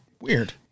Weird